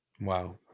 wow